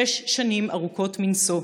שש שנים ארוכות מנשוא,